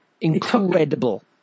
incredible